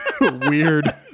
weird